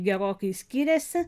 gerokai skiriasi